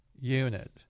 unit